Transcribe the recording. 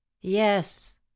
yes